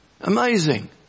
Amazing